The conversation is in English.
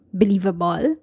believable